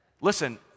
Listen